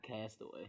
castaway